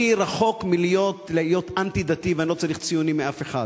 אני רחוק מלהיות אנטי-דתי ואני לא צריך ציונים מאף אחד,